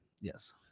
Yes